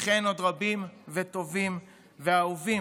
וכן עוד רבים וטובים ואהובים.